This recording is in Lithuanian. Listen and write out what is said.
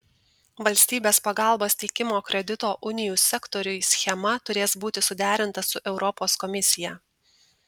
valstybės pagalbos teikimo kredito unijų sektoriui schema turės būti suderinta su europos komisija